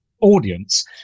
audience